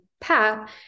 path